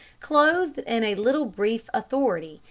clothed in a little brief authority,